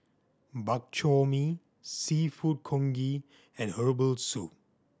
Bak Chor Mee Seafood Congee and herbal soup